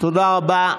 תודה רבה.